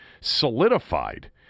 solidified